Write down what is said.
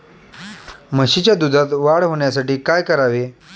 म्हशीच्या दुधात वाढ होण्यासाठी काय करावे?